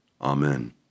Amen